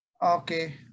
Okay